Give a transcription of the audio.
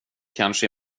kanske